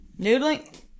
Noodling